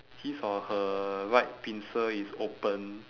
his or her right pincer is open